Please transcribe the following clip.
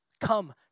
Come